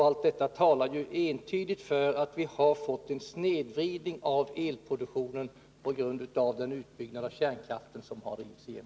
Allt detta talar entydigt för att vi — på grund av den utbyggnad av kärnkraften som har drivits igenom — har fått en snedvridning av elproduktionen.